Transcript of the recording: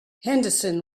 henderson